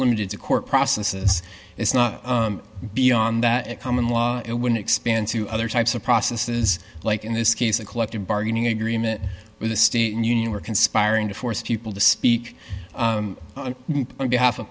limited to court processes it's not beyond that common law it would expand to other types of processes like in this case a collective bargaining agreement with the state union were conspiring to force people to speak on behalf